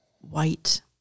white